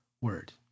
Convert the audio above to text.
Word